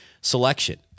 selection